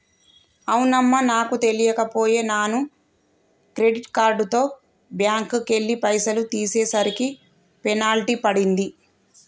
అవునమ్మా నాకు తెలియక పోయే నాను క్రెడిట్ కార్డుతో బ్యాంకుకెళ్లి పైసలు తీసేసరికి పెనాల్టీ పడింది